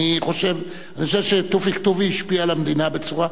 אני חושב שתופיק טובי השפיע על המדינה בצורה,